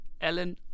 Ellen